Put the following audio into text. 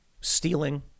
stealing